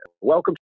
Welcome